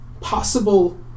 possible